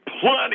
plenty